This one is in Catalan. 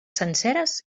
senceres